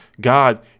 God